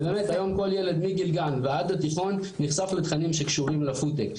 ובאמת היום כל ילד מגיל גן ועד התיכון נחשף לתכנים שקשורים לפודטק.